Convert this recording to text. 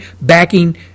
backing